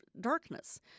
darkness